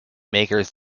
makers